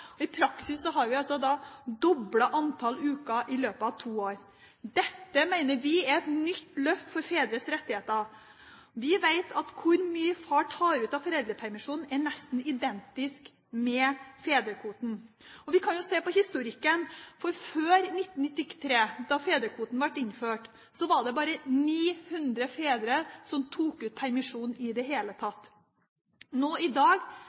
I praksis har vi doblet antall uker i løpet av to år. Dette mener vi er et nytt løft for fedres rettigheter. Vi vet at hvor mye far tar ut av foreldrepermisjonen, nesten er identisk med fedrekvoten. Vi kan se på historikken, for før 1993, da fedrekvoten ble innført, var det bare 900 fedre som tok ut permisjon. Nå i dag er det